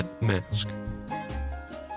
mask